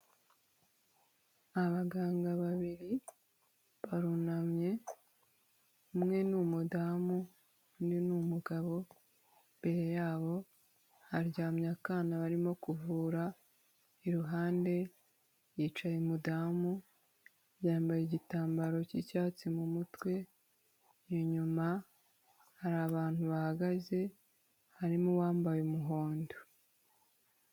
Abaganga babiri barunamye umwe n'umudamu undi ni umugabo, imbere yabo haryamye akana barimo kuvura, iruhande hicaye umudamu yambaye igitambaro cy'icyatsi mu mutwe, inyuma hari abantu bahagaze harimo uwambaye umuhondo.